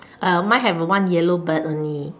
uh mine have a one yellow bird only